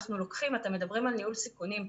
ואתם מדברים על ניהול סיכונים,